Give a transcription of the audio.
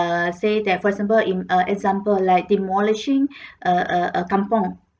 err say that for example in uh example like demolishing a a a kampung